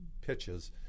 pitches